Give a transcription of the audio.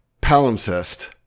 palimpsest